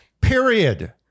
Period